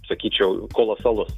sakyčiau kolosalus